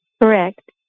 Correct